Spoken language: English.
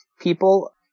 people